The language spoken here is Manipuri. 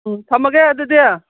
ꯎꯝ ꯊꯝꯂꯒꯦ ꯑꯗꯨꯗꯤ